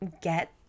get